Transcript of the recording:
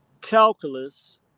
calculus